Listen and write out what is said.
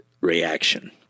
reaction